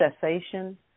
cessation